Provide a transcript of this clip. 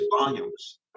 volumes